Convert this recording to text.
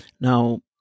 Now